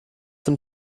dem